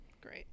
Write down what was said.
Great